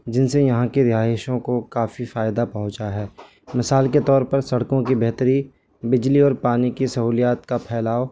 جن سے یہاں کی رہائشوں کو کافی فائدہ پہنچا ہے مثال کے طور پر سڑکوں کی بہتری بجلی اور پانی کی سہولیات کا پھیلاؤ